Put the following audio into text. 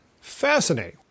fascinating